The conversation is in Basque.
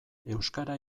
euskara